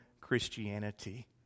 Christianity